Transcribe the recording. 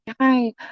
hi